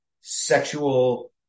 sexual